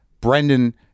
Brendan